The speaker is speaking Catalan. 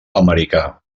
americà